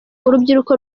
urubyiruko